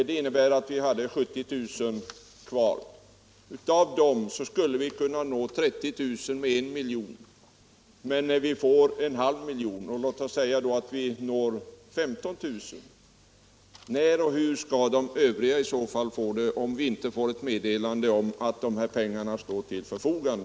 Det innebär att det fortfarande är 70 000 invandrare som ej nåtts av informationen om svenskundervisning. 30 000 av dessa skulle vi ha kunnat nå med ett totalanslag om 1 milj.kr. Nu föreslås ett anslag på en halv miljon, och det skulle uppskattningsvis innebära att vi når 15 000 av de invandrare som ej fått information. Hur skall vi kunna veta när och hur vi får medel till resten, om vi inte får ett meddelande om att dessa pengar står till förfogande?